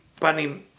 Panim